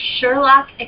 Sherlock